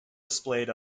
displayed